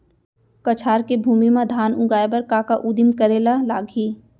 कछार के भूमि मा धान उगाए बर का का उदिम करे ला लागही?